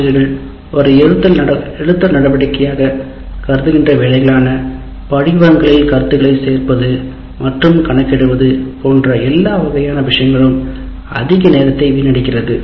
ஆசிரியர்கள் ஒரு எழுத்தர் நடவடிக்கையாக கருதுகின்ற வேலைகளான படிவங்களில் கருத்துக்களை சேர்ப்பது மற்றும் கணக்கிடுவது போன்ற எல்லா வகையான விஷயங்களும் அதிக நேரத்தை வீணடிக்கிறது